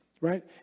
right